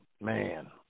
man